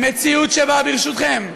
ברשותך.